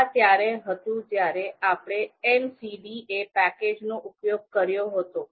આ ત્યારે હતું જ્યારે આપણે MCDA પેકેજનો ઉપયોગ કર્યો હતો